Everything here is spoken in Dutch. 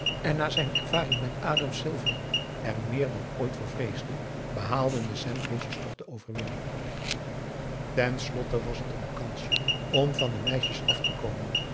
en na zijn ervaring met adam silver er meer dan ooit voor vreesde behaalden de sandwiches toch de overwinning ten slotte was het een kansje om van de meisjes af te komen